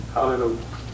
Hallelujah